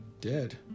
Dead